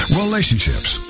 relationships